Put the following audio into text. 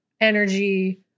energy